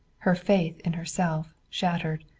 her faith in herself shattered.